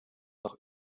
nach